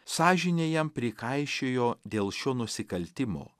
sąžinė jam prikaišiojo dėl šio nusikaltimo